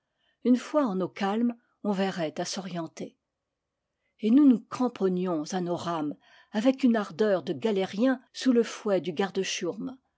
une fois en eaux calmes on verrait à s'orienter et nous nous cramponnions à nos rames avec une ardeur de galériens sous le fouet du